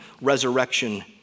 resurrection